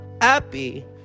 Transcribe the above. happy